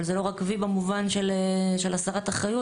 אבל זה לא רק וי במובן של הסרת אחריות